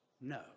No